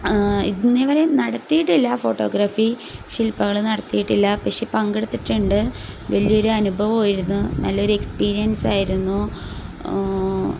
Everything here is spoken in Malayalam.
ഇന്നേവരെ നടത്തിയിട്ടില്ല ഫോട്ടോഗ്രഫി ശില്പശാലകൾ നടത്തിയിട്ടില്ല പക്ഷെ പങ്കെടുത്തിട്ടുണ്ട് വലിയൊരു അനുഭവമായിരുന്നു നല്ലൊരു എക്സ്പീരിയൻസായിരുന്നു